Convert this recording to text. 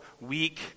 weak